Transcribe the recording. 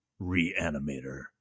Reanimator